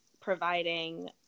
providing